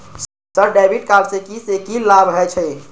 Sir debit card से की से की लाभ हे छे?